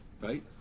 right